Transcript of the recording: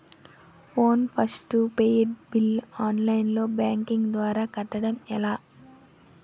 Phone post paid bill online banking ద్వారా కట్టడం ఎలా?